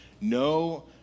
No